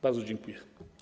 Bardzo dziękuję.